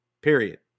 period